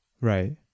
Right